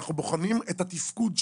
אנחנו בוחנים את התפקוד שלו.